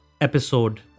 episode